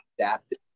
adapted